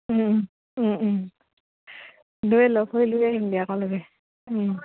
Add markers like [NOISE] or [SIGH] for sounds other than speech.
[UNINTELLIGIBLE]